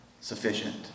sufficient